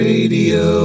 Radio